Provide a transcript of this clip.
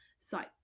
Site